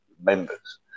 members